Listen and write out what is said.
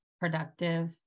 productive